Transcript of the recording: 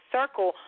circle